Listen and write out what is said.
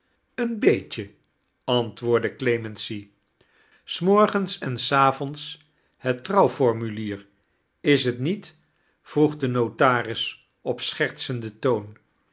een beetje antwoordde clemency s morgens en savonds het trouwf ormulier is t niet vroeg de notaris op schertsenden toon